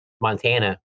Montana